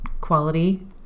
quality